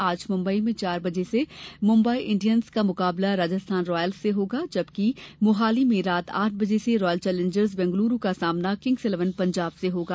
आज मुंबई में चार बजे से मुंबई इंडियन्स का मुकाबला राजस्थान रॉयल्स से जबकि मोहाली में रात आठ बजे से रॉयल चेलेंजर्स बेंगलोर का सामना किंग्स इलेवन पंजाब से होगा